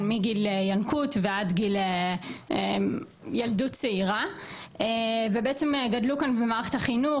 מגיל ינקות ועד גיל ילדות צעירה ובעצם גדלו כאן במערכת החינוך,